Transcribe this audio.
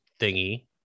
thingy